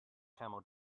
camel